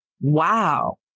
Wow